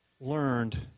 learned